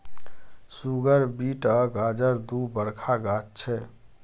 सुगर beet आ गाजर दु बरखा गाछ छै